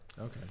Okay